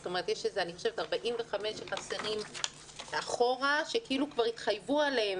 יש 45 מיליון ₪ שחסרים אחורה שכאילו כבר התחייבו עליהם